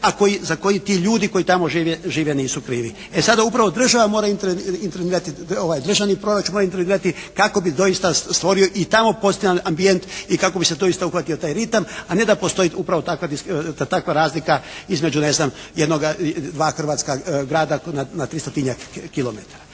a za koji ti ljudi koji tamo žive nisu krivi. E sada upravo država mora intervenirati, državni proračun mora intervenirati kako bi doista stvorio i tamo postojan ambijent i kako bi se uhvatio taj ritam, a ne da postoji upravo takva razlika između ne znam dva hrvatska grada na tristotinjak kilometara.